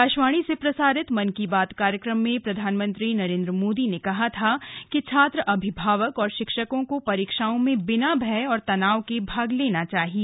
आकाशवाणी से प्रसारित मन की बात कार्यक्रम में प्रधानमंत्री नरेन्द्र मोदी ने कहा था कि छात्र अभिभावक और शिक्षकों को परीक्षाओं में बिना भय और तनाव के भाग लेना चाहिए